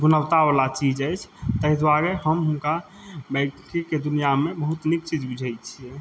गुणवता वला चीज अछि ताहि दुआरे हम हुनका बैंकिंगके दुनियामे बहुत नीक चीज बुझै छियै